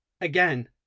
Again